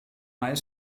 high